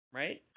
right